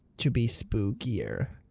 to be spookier.